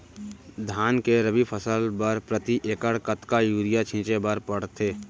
धान के रबि फसल बर प्रति एकड़ कतका यूरिया छिंचे बर पड़थे?